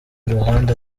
ruhande